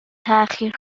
تأخیر